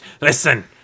Listen